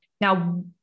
Now